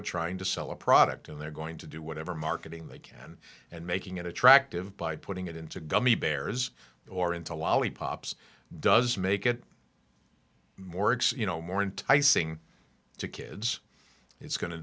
are trying to sell a product and they're going to do whatever marketing they can and making it attractive by putting it into gummy bears or into lollipops does make it more exciting more enticing to kids it's go